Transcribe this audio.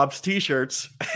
t-shirts